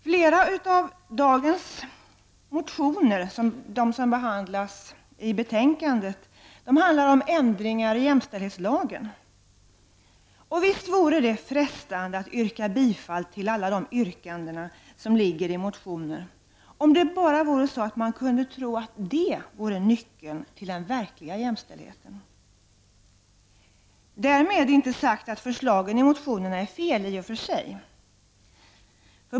Flera av de motioner som behandlas i dagens betänkande handlar om ändringar i jämställdhetslagen. Och visst vore det frestande att yrka bifall till alla yrkanden i dessa motioner, om man bara trodde på att det vore nyckeln till den verkliga jämställdheten. Därmed inte sagt att förslagen i motionerna är fel i och för sig.